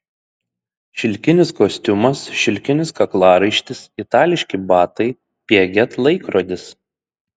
šilkinis kostiumas šilkinis kaklaraištis itališki batai piaget laikrodis